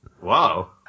Wow